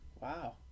Wow